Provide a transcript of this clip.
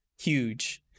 huge